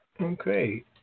Okay